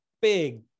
big